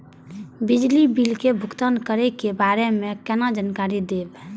बिजली बिल के भुगतान करै के बारे में केना जानकारी देब?